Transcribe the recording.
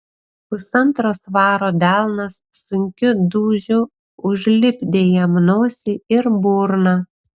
pusantro svaro delnas sunkiu dūžiu užlipdė jam nosį ir burną